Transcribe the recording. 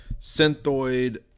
Synthoid